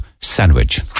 sandwich